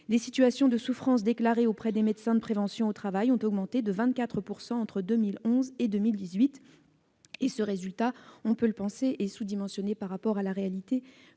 les situations de souffrance auprès des médecins de prévention au travail ont augmenté de 24 % entre 2011 et 2018. Ce résultat, on peut le penser, est sous-dimensionné par rapport à la réalité